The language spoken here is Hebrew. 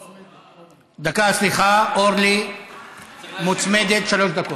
דקה, סליחה, אורלי מוצמדת, שלוש דקות.